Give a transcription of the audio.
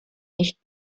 nicht